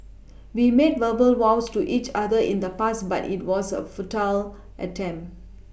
we made verbal vows to each other in the past but it was a futile attempt